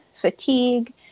fatigue